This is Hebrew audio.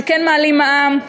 שכן מעלים מע"מ.